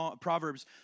Proverbs